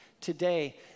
today